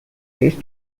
based